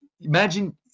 imagine